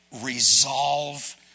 resolve